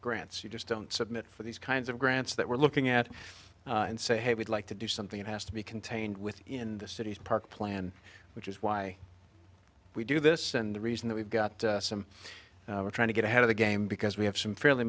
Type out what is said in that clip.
grants you just don't submit for these kinds of grants that we're looking at and say hey we'd like to do something it has to be contained within the city's park plan which is why we do this and the reason that we've got some we're trying to get ahead of the game because we have some fairly